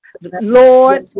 Lord